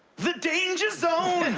the danger zone!